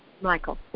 Michael